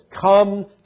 come